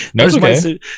okay